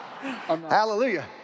Hallelujah